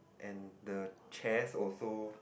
and the chairs also